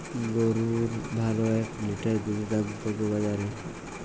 গরুর ভালো এক লিটার দুধের দাম কত বাজারে?